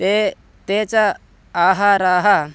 ते ते च आहाराः